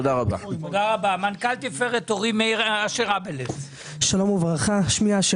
מנכ"ל "תפארת הורים", אשר אבלס, בקשה.